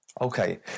okay